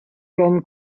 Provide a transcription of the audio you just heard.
can